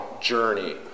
journey